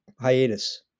hiatus